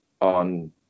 on